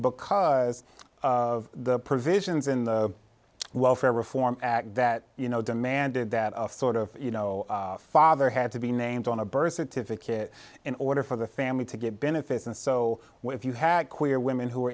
because of the provisions in the welfare reform act that you know demanded that sort of you know father had to be named on a birth certificate in order for the family to get benefits and so what if you had queer women who